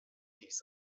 dies